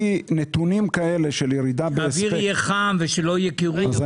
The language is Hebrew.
כי נתונים כאלה של ירידה בהספק --- אנחנו